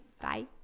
Bye